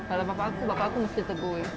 kalau bapak aku bapak mesti tegur wei